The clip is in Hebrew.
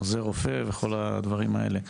עוזר רופא, וכל הדברים האלה.